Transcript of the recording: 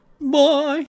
bye